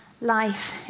life